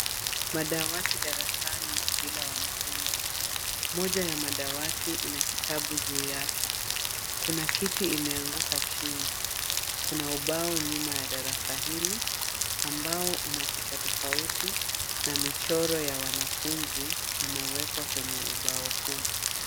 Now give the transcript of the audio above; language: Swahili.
Madawati darasani bila wanafunzi. Moja ya madawati ina kitabu juu yake. Kuna kiti imeanguka chini. Kuna ubao nyuma ya darasa hili ambao una picha tofauti na michoro ya wanafunzi imewekwa kwenye ubao huu.